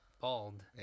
bald